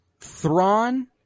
Thrawn